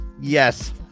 Yes